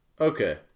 Okay